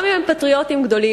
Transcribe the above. גם אם הם פטריוטים גדולים,